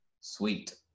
Sweet